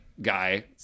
guy